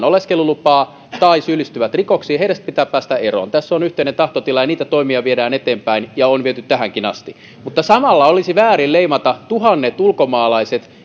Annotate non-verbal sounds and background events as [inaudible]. [unintelligible] oleskelulupaa tai syyllistyvät rikoksiin heistä pitää päästä eroon tässä on yhteinen tahtotila ja niitä toimia viedään eteenpäin ja on viety tähänkin asti mutta samalla olisi väärin leimata tuhannet ulkomaalaiset [unintelligible]